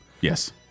Yes